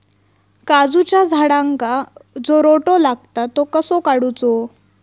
काजूच्या झाडांका जो रोटो लागता तो कसो काडुचो?